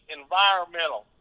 environmental